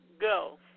go